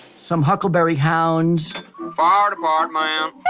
some huckleberry hounds fire department. um